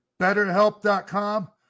BetterHelp.com